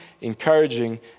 encouraging